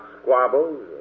squabbles